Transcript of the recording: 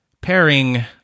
pairing